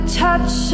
touch